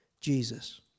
Jesus